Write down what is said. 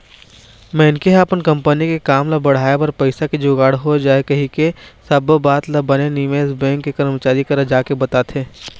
मनखे ह अपन कंपनी के काम ल बढ़ाय बर पइसा के जुगाड़ हो जाय कहिके सब्बो बात ल बने निवेश बेंक के करमचारी करा जाके बताथे